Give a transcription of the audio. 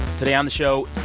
today on the show,